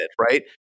right